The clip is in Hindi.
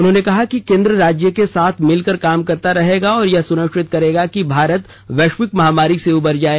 उन्होंने कहा कि केन्द्र राज्य के साथ मिलकर काम करता रहेगा और यह सुनिश्चित करेगा कि भारत वैश्विक महामारी से उबर जाए